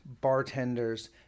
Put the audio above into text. bartenders